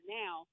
now